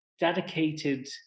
dedicated